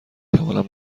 توانم